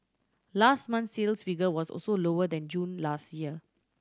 last month's sales figure was also lower than June last year